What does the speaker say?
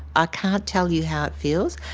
ah can't tell you how it feels.